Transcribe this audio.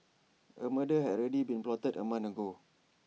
A murder had already been plotted A month ago